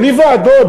בלי ועדות,